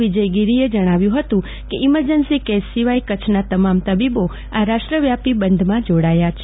વિજયગીરી ગુસાઈએ જણાવ્યું હતું કે ઈમરજન્સી કેસ સિવાય કચ્છના તમામ તબીબો આ રાષ્ટ્રવ્યાપી બંધમાં જોડાયા છે